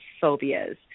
phobias